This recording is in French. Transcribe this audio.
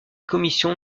commissions